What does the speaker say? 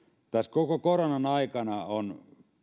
koko koronan aikana on